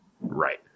right